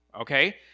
okay